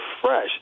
fresh